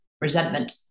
resentment